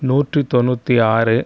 நூற்று தொண்ணூற்றி ஆறு